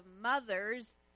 mothers